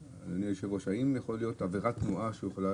האם יכולה להיות עבירת תנועה שיכולה